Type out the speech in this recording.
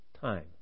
time